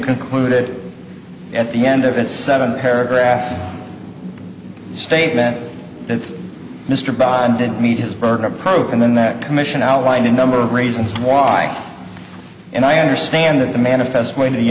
concluded at the end of its seven paragraph statement that mr bond did meet his burden of proof and then that commission outlined a number of reasons why and i understand that the manifest way